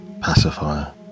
pacifier